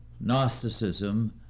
Gnosticism